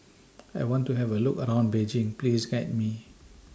I want to Have A Look around Beijing Please Guide Me